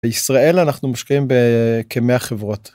בישראל אנחנו מושקעים ב... כמאה חברות.